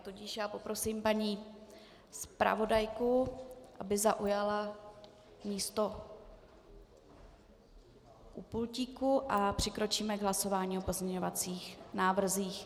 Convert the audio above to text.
Tudíž poprosím paní zpravodajku, aby zaujala místo u pultíku, a přikročíme k hlasování o pozměňovacích návrzích.